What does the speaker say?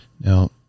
Now